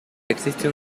existe